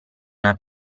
una